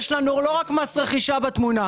יש לנו לא רק מס רכישה בתמונה,